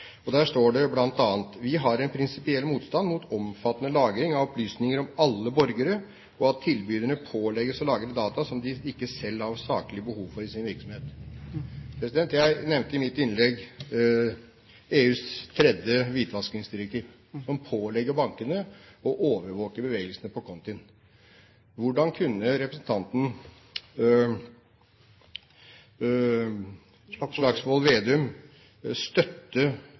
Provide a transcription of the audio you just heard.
Der står det bl.a.: «Vi har en prinsipiell motstand mot omfattende lagring av opplysninger om alle borgere, og at tilbyderne pålegges å lagre data som de ikke selv har saklig behov for i sin virksomhet.» Jeg nevnte i mitt innlegg EUs tredje hvitvaskingsdirektiv, som pålegger bankene å overvåke bevegelsene på kontiene. Hvordan kunne representanten Slagsvold Vedum